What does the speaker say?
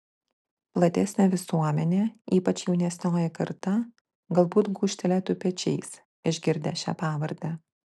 platesnė visuomenė ypač jaunesnioji karta galbūt gūžtelėtų pečiais išgirdę šią pavardę